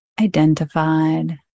identified